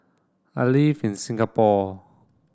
I live in Singapore